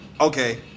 Okay